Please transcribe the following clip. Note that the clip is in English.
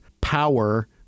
power